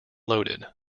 loaded